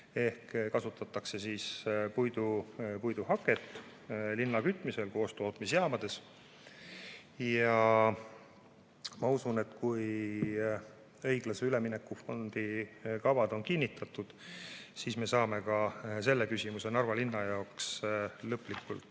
siis kasutatakse linna kütmisel puiduhaket koostootmisjaamades. Ja ma usun, et kui õiglase ülemineku fondi kavad on kinnitatud, siis me saame ka selle küsimuse Narva linna jaoks lõplikult